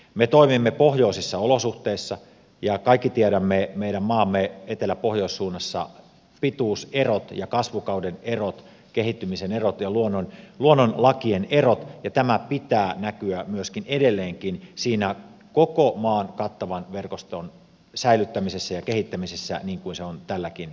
me toimimme pohjoisissa olosuhteissa ja kaikki tiedämme meidän maamme etelä pohjoissuunnassa pituuserot kasvukauden erot kehittymisen erot ja luonnonlakien erot ja tämän pitää näkyä myöskin edelleen siinä koko maan kattavan verkoston säilyttämisessä ja kehittämisessä niin kuin se on tälläkin hetkellä